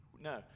no